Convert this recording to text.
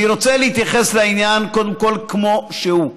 אני רוצה להתייחס קודם כול לעניין כמו שהוא.